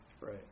Right